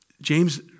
James